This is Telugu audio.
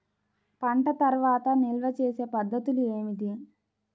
పంట తర్వాత నిల్వ చేసే పద్ధతులు ఏమిటి?